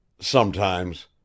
Sometimes